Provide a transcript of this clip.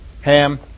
Ham